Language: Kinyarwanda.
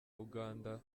uganda